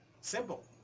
Simple